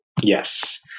Yes